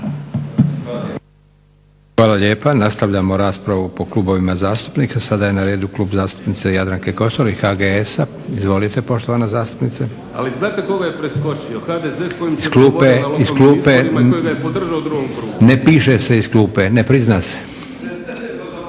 Hvala lijepa. Nastavljamo raspravu po klubovima zastupnika. Sada je na redu Klub zastupnice Jadranke Kosor i HGS-a. Izvolite, poštovana zastupnice. … /Upadica Kajin: Ali znate koga je preskočio? HDZ s kojim se dogovorio na lokalnim izborima i